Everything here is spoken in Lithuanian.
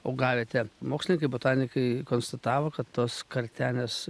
augavietė mokslininkai botanikai konstatavo kad tos kartenės